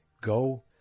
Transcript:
go